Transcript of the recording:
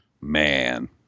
Man